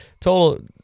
total